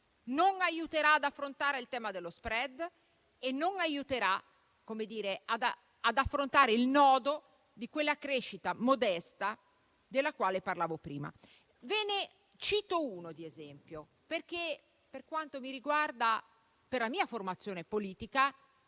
non aiuterà ad affrontare il tema dello *spread* e non aiuterà ad affrontare il nodo di quella crescita modesta della quale parlavo prima. Vi cito un esempio, perché, per quanto mi riguarda e per la mia formazione politica,